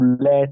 let